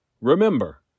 Remember